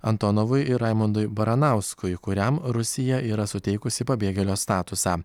antonovui ir raimondui baranauskui kuriam rusija yra suteikusi pabėgėlio statusą